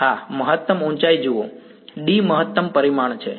હા મહત્તમ ઊંચાઈ જુઓ D મહત્તમ પરિમાણ છે